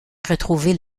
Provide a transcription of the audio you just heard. retrouver